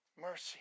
Mercy